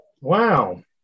Wow